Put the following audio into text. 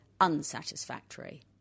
unsatisfactory